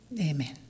Amen